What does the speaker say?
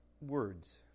words